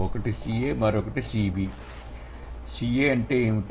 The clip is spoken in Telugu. ఒకటి C a మరొకటిC b Ca అంటే ఏమిటి